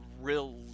real